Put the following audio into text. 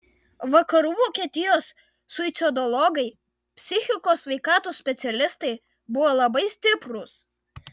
vakarų vokietijos suicidologai psichikos sveikatos specialistai buvo labai stiprūs